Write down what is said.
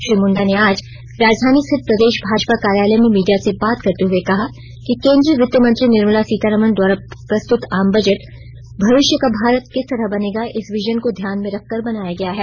श्री मुण्डा ने आज राजधानी स्थित प्रदेश भाजपा कार्यालय में मीडिया से बात करते हुए कहा कि केंद्रीय वित्त मंत्री निर्मला सीतारमण द्वारा प्रस्तुत आम बजट भविष्य का भारत किस तरह बनेगा इस विजन को ध्यान में रखकर बनाया गया है